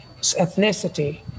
ethnicity